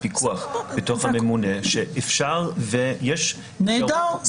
פיקוח בתוך הממונה שאפשר ויש --- נהדר,